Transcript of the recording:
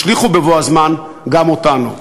ישליכו בבוא הזמן גם אותנו.